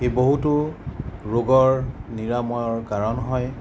সি বহুতো ৰোগৰ নিৰাময়ৰ কাৰণ হয়